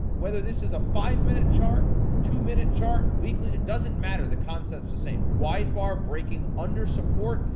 whether this is a five minute chart, two minute chart, weekly, it doesn't matter, the concept's the same. wide bar breaking under support,